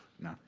No